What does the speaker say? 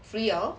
free liao